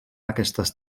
aquestes